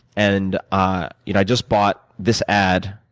and ah you know i just bought this ad,